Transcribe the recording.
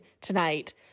tonight